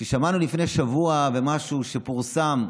כששמענו לפני שבוע משהו שפורסם,